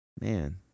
man